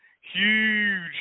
huge